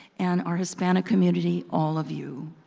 and our hispanic community, all of you.